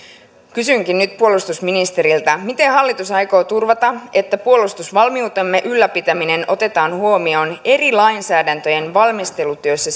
kysynkin nyt puolustusministeriltä miten hallitus aikoo turvata että puolustusvalmiutemme ylläpitäminen otetaan huomioon eri lainsäädäntöjen valmistelutyössä